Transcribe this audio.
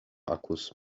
akkus